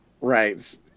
Right